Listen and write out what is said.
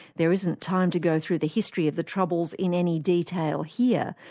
there isn't time to go through the history of the troubles in any detail here,